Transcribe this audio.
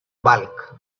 bulk